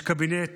יש קבינט